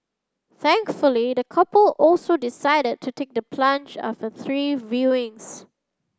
thankfully the couple also decided to take the plunge after three viewings